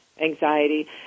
anxiety